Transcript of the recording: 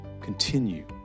continue